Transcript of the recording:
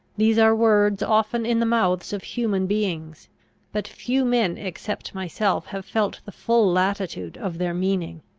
these are words often in the mouths of human beings but few men except myself have felt the full latitude of their meaning.